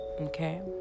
okay